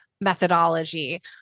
methodology